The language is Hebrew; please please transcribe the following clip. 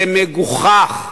זה מגוחך,